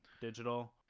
digital